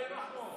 אללה ירחמו.